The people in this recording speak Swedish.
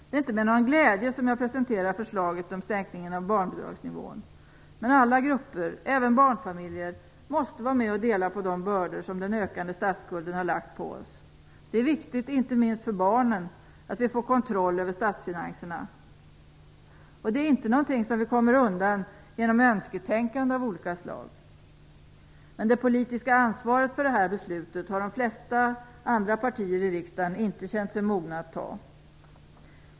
Det är inte med någon glädje som jag presenterar förslaget om sänkningen av barnbidragsnivån. Men alla grupper, även barnfamiljer, måste vara med och dela på de bördor som den ökande statsskulden har lagt på oss. Inte minst för barnen är det viktigt att vi får kontroll över statsfinanserna. Det är inte något som vi kommer undan genom önsketänkanden av olika slag. Men det politiska ansvaret för det här beslutet har de flesta andra partier i riksdagen inte känt sig mogna att ta.